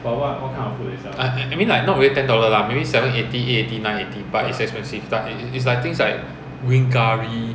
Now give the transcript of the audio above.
I mean like not really ten dollar lah maybe seven eighty eight eighty nine eighty but it's expensive but it's like things like green curry